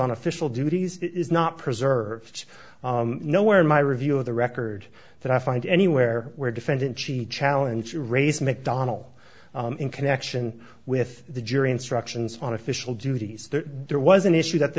on official duties is not preserved nowhere in my review of the record that i find anywhere where defendant she challenge race mcdonnell in connection with the jury instructions on official duties there was an issue that the